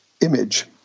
image